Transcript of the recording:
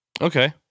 Okay